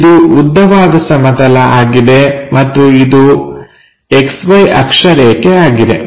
ಇದು ಉದ್ದವಾದ ಸಮಂತಲ ಆಗಿದೆ ಮತ್ತು ಇದು XY ಅಕ್ಷ ರೇಖೆ ಆಗಿದೆ